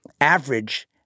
average